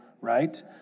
right